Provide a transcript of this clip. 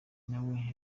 nawe